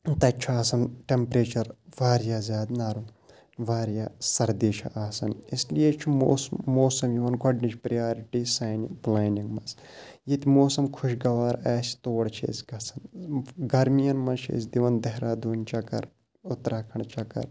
تَتہِ چھُ آسان ٹیمپریچر واریاہ زیادٕ نَرُم واریاہ سردی چھِ آسان اس لیے چھُ موسم موسم یِوان گۄڈنِچ پریارٹی سانہِ پٕلینِگ منٛز ییٚتہِ موسم خُشگوار آسہِ تور چھِ أسۍ گژھان گرمین منٛز چھِ أسۍ دِوان دہرادُن چکر اُترا کھنٛڈ چکر